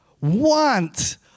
Want